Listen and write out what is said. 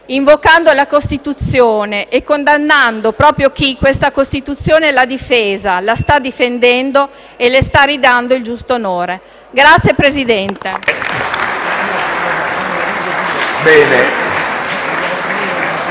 invocando la Costituzione e condannando proprio chi questa Costituzione l'ha difesa, la sta difendendo e le sta ridando il giusto onore. *(Applausi